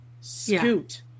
Scoot